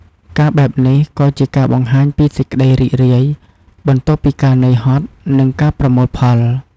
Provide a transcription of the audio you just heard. ការបែបនេះក៏ជាការបង្ហាញពីសេចក្តីរីករាយ បន្ទាប់ពីការនឿយហត់ និងការប្រមូលផល។